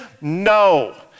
no